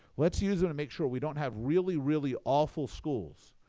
let's use them and make sure we don't have really, really awful schools,